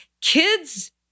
kids